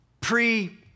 pre